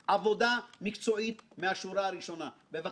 אם הוא יודע לקרוא ולעכל את הדוח הזה במהירות